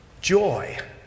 joy